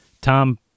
Tom